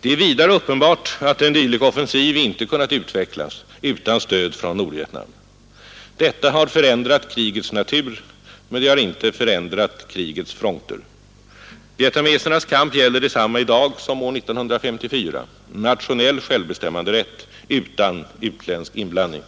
Det är vidare uppenbart att en dylik offensiv inte kunnat utvecklas utan stöd från Nordvietnam. Detta har förändrat krigets natur, men det har inte förändrat krigets fronter. Vietnamesernas kamp gäller detsamma i dag som år 1954: nationell självbestämmanderätt utan utländsk inblandning.